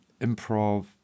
improv